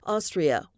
Austria